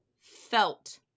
felt